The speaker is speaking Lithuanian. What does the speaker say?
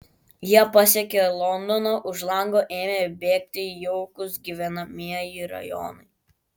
jie pasiekė londoną už lango ėmė bėgti jaukūs gyvenamieji rajonai